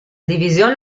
divisione